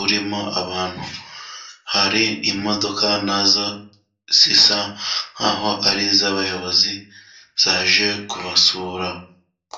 urimo abantu， hari imodoka nazo zisa nk'aho ari iz'abayobozi zaje kubasura.